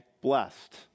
blessed